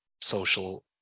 social